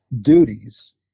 duties